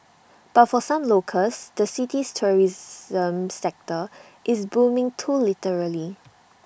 but for some locals the city's tourism sector is booming too literally